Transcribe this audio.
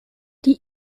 die